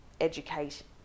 education